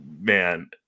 man